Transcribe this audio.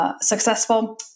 Successful